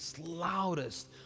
loudest